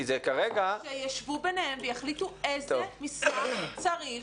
כי זה כרגע --- שישבו ביניהם ויחליטו איזה משרד צריך.